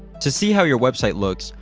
to see how your website looks,